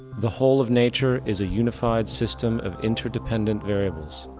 the whole of nature is a unified system of interdependent variables,